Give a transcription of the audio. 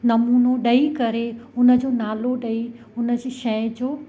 नमूनो ॾई करे उन जो नालो ॾई उन जी शइ जो